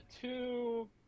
two